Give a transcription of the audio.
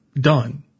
done